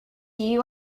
you